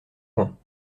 point